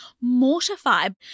mortified